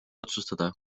otsustada